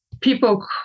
people